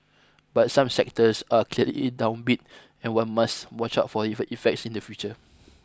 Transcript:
but some sectors are clearly downbeat and one must watch out for effects in the future